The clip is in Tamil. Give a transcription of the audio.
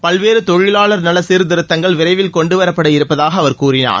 பல்வேறு தொழிலாளர் நல சீர்திருத்தங்கள் விரைவில் கொண்டுவரப்பட இருப்பதாக அவர் கூறினார்